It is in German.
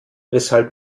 weshalb